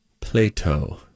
Plato